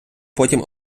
потім